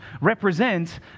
represent